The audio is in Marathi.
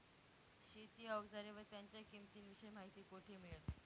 शेती औजारे व त्यांच्या किंमतीविषयी माहिती कोठे मिळेल?